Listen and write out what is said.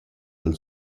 dal